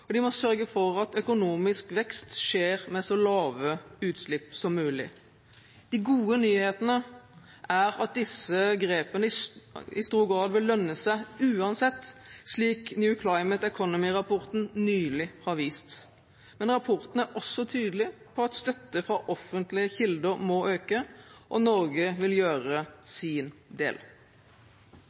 og de må sørge for at økonomisk vekst skjer med så lave utslipp som mulig. De gode nyhetene er at disse grepene i stor grad vil lønne seg uansett, slik New Climate Economy-rapporten nylig har vist. Men rapporten er også tydelig på at støtte fra offentlige kilder må øke. Norge vil gjøre sin del.